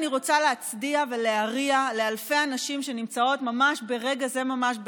אני רוצה להצדיע ולהריע לאלפי הנשים שנמצאות ברגע זה ממש,